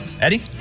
Eddie